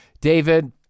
David